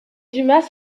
dumas